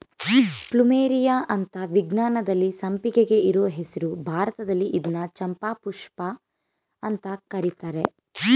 plumeria ಅಂತ ವಿಜ್ಞಾನದಲ್ಲಿ ಸಂಪಿಗೆಗೆ ಇರೋ ಹೆಸ್ರು ಭಾರತದಲ್ಲಿ ಇದ್ನ ಚಂಪಾಪುಷ್ಪ ಅಂತ ಕರೀತರೆ